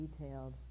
detailed